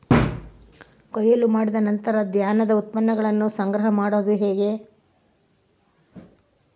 ಕೊಯ್ಲು ಮಾಡಿದ ನಂತರ ಧಾನ್ಯದ ಉತ್ಪನ್ನಗಳನ್ನ ಸಂಗ್ರಹ ಮಾಡೋದು ಹೆಂಗ?